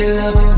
love